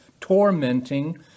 tormenting